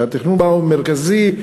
שהתכנון בה הוא מרכזי,